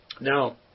Now